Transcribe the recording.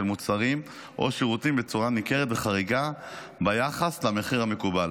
מוצרים או שירותים בצורה ניכרת וחריגה ביחס למחיר המקובל,